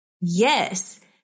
Yes